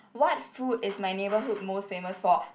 what food is my neighbourhood most famous for